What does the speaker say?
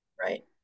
Right